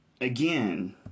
again